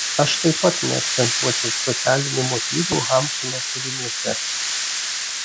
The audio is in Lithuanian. aš taip pat neakcentuočiau socialinių motyvų hamsuno kūriniuose